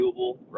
doable